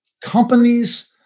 companies